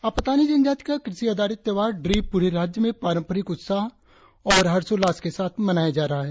आपातानी समुदाय का कृषि आधारित त्योहार ड्री पूरे राज्य में पारंपरिक उत्साह और हर्षोल्लास के साथ मनाया जा रहा है